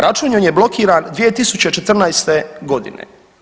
Račun joj je blokiran 2014. godine.